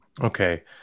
Okay